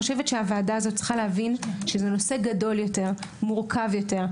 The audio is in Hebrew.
הוועדה הזו צריכה להבין שזה נושא מורכב וגדול יותר.